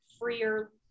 freer